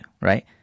Right